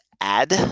add